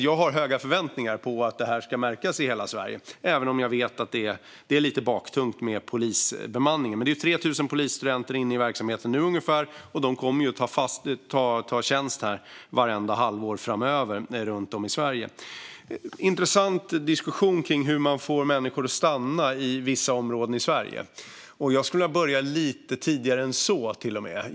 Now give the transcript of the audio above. Jag har höga förväntningar på att den ska märkas i hela Sverige, även om jag vet att det är lite baktungt med polisbemanningen. Men det är ungefär 3 000 polisstudenter inne i verksamheten nu, och det kommer ut poliser i tjänst vartenda halvår framöver runt om i Sverige. Det är en intressant diskussion kring hur man får människor att stanna i vissa områden i Sverige. Och jag skulle vilja börja lite tidigare än så, till och med.